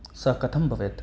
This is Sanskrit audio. सः कथं भवेत्